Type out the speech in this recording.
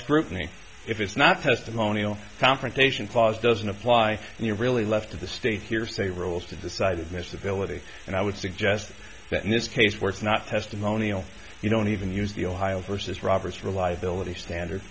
scrutiny if it's not testimonial confrontation clause doesn't apply and you're really left to the state hearsay rules to decide admissibility and i would suggest that in this case where it's not testimonial you don't even use the ohio versus roberts reliability standard